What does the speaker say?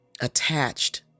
attached